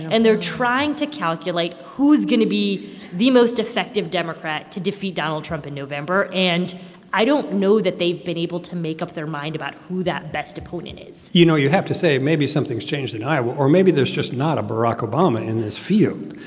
and they're trying to calculate who's going to be the most effective democrat to defeat donald trump in november. and i don't know that they've been able to make up their mind about who that best opponent is you know, you have to say maybe something's changed in iowa. or maybe there's just not a barack obama in this field.